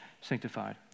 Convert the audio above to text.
sanctified